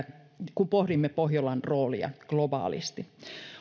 kun pohdimme pohjolan roolia globaalisti